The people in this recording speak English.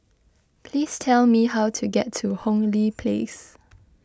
please tell me how to get to Hong Lee Place